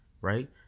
Right